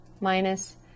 minus